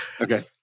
Okay